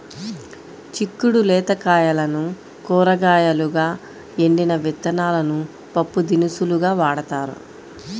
చిక్కుడు లేత కాయలను కూరగాయలుగా, ఎండిన విత్తనాలను పప్పుదినుసులుగా వాడతారు